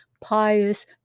pious